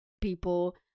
people